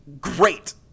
great